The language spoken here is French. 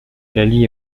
laly